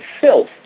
filth